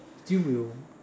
still will